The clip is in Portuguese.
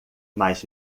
mais